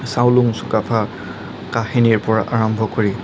চাওলুং চুকাফাৰ কাহিনীৰ পৰা আৰম্ভ কৰি